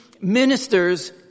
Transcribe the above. ministers